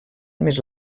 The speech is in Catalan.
més